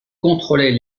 contrôlait